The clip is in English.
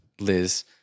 liz